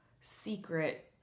secret